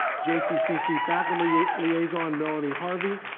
jccc faculty liaison, melanie harvey,